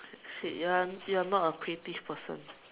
shit you are you are not a creative person